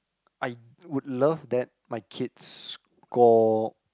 I would love that my kids score